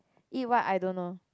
eat what I don't know